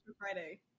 Friday